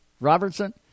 Robertson